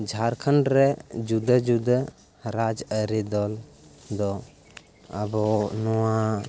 ᱡᱷᱟᱨᱠᱷᱚᱸᱰ ᱨᱮ ᱡᱩᱫᱟᱹ ᱡᱩᱫᱟᱹ ᱨᱟᱡᱽᱟᱹᱨᱤ ᱫᱚᱞ ᱫᱚ ᱟᱵᱚ ᱱᱚᱣᱟ